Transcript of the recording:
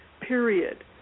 period